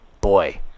boy